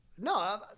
No